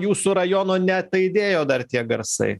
jūsų rajono neataidėjo dar tie garsai